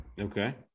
Okay